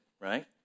right